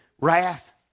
wrath